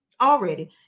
already